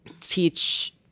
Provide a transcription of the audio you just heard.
teach